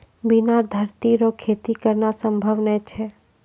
बिना धरती रो खेती करना संभव नै छै